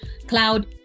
cloud